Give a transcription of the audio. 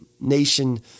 nation